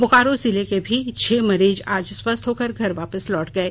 बोकारो जिले के भी छह मरीज अज स्वस्थ होकर घर वापस लौट गये